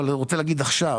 אבל אני רוצה להגיד עכשיו